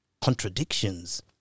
contradictions